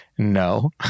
No